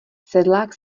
sedlák